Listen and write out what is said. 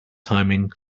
timing